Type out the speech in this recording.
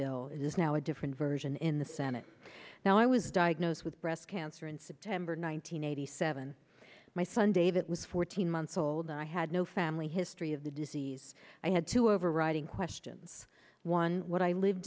bill is now a different version in the senate now i was diagnosed with breast cancer in september nine hundred eighty seven my son david was fourteen months old i had no family history of the disease i had two overriding questions one what i lived